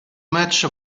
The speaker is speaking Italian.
match